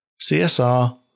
CSR